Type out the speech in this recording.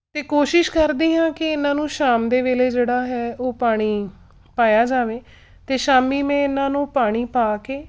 ਅਤੇ ਕੋਸ਼ਿਸ਼ ਕਰਦੀ ਹਾਂ ਕਿ ਇਹਨਾਂ ਨੂੰ ਸ਼ਾਮ ਦੇ ਵੇਲੇ ਜਿਹੜਾ ਹੈ ਉਹ ਪਾਣੀ ਪਾਇਆ ਜਾਵੇ ਅਤੇ ਸ਼ਾਮੀ ਮੈਂ ਇਹਨਾਂ ਨੂੰ ਪਾਣੀ ਪਾ ਕੇ